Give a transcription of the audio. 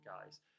guys